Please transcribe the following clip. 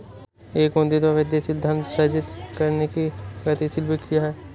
एक उद्यमिता वृद्धिशील धन सृजित करने की गतिशील प्रक्रिया है